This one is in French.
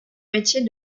métier